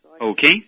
Okay